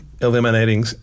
eliminating